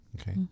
Okay